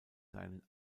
seinen